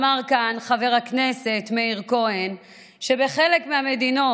אמר חבר הכנסת מאיר כהן שבחלק מהמדינות,